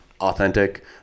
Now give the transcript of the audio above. authentic